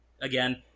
Again